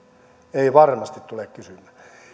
eivät varmasti tule kysymään